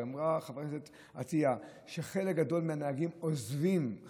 ואמרה חברת הכנסת עטייה שחלק גדול מהנהגים עוזבים,